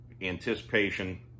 anticipation